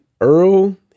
Earl